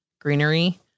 greenery